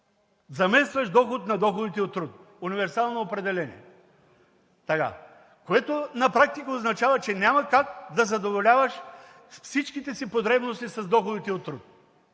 Заместващ доход на доходите от труд! Универсално определение! Което на практика означава, че няма как да задоволяваш всичките си потребности с доходите от труд.